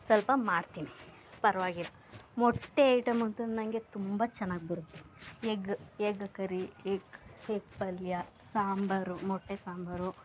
ಸ್ವಲ್ಪ ಮಾಡ್ತೀನಿ ಪರವಾಗಿಲ್ಲ ಮೊಟ್ಟೆ ಐಟಮ್ ಅಂತೂ ನನಗೆ ತುಂಬ ಚೆನ್ನಾಗಿ ಬರುತ್ತೆ egg egg curry egg egg ಪಲ್ಯ ಸಾಂಬಾರು ಮೊಟ್ಟೆ ಸಾಂಬಾರು